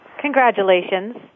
Congratulations